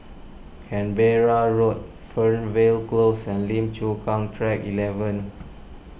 Canberra Road Fernvale Close and Lim Chu Kang Track eleven